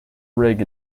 rig